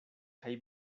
kaj